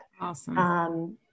Awesome